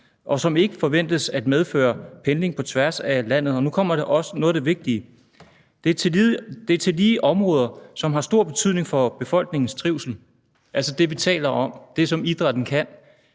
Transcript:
og som ikke forventes at medføre pendling på tværs af landet. Og nu kommer noget af det vigtige: Det er tillige områder, som har stor betydning for befolkningens trivsel. Det er altså det, vi taler om – det, som idrætten kan.